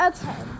Okay